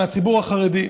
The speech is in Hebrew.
בציבור החרדי.